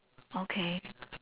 okay